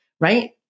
right